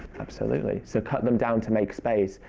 absolutely, so cut them down to make space.